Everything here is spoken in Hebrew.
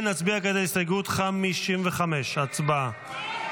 נצביע כעת על הסתייגות 55. הצבעה.